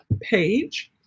page